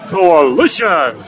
Coalition